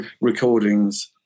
recordings